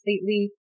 completely